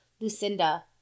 Lucinda